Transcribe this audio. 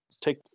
Take